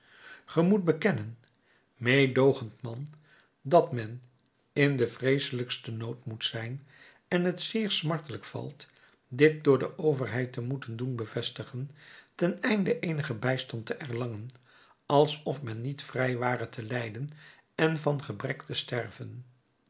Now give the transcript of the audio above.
ge moet bekennen mededoogend man dat men in den vreeselijksten nood moet zijn en het zeer smartelijk valt dit door de overheid te moeten doen bevestigen ten einde eenigen bijstand te erlangen alsof men niet vrij ware te lijden en van gebrek te sterven